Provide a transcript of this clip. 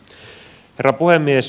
herra puhemies